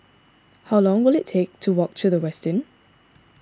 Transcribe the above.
how long will it take to walk to the Westin